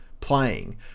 playing